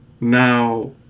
Now